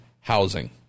housing